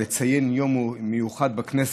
לציין יום מיוחד בכנסת,